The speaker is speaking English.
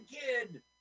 kid